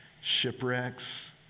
shipwrecks